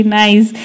nice